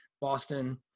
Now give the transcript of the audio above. Boston